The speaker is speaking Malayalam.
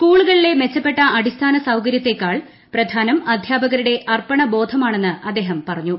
സ്കൂളുകളിലെ മെച്ചപ്പെട്ട അടിസ്ഥാന സൌകര്യത്തേക്കാൾ പ്രധാനം അധ്യാപകരുടെ അർപ്പണ ബോധമാണെന്ന് അദ്ദേഹം പറഞ്ഞു